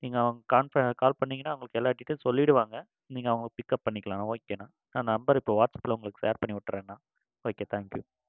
நீங்கள் அவங்க கான்ப கால் பண்ணீங்கனால் உங்களுக்கு எல்லா டீடைல்ஸ்சும் சொல்லிவிடுவாங்க நீங்கள் அவங்கள பிக்கப் பண்ணிக்கலாம் ஓகேண்ணா நான் நம்பர் இப்போது வாட்ஸ்அப்பில் உங்களுக்கு ஷேர் பண்ணிவிட்றேண்ணா ஓகே தேங்க் யூ